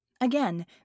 Again